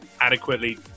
adequately